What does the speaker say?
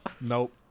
Nope